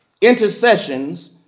intercessions